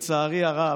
לצערי הרב,